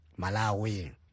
Malawi